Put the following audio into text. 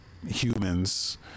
humans